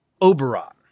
Oberon